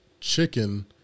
chicken